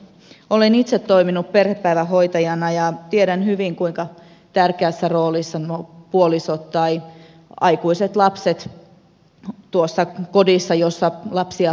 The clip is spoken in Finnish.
olen itse toiminut perhepäivähoitajana ja tiedän hyvin kuinka tärkeässä roolissa puolisot tai aikuiset lapset tuossa kodissa jossa lapsia hoidetaan ovat